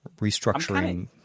restructuring